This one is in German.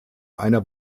einer